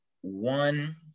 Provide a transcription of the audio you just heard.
one